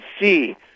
see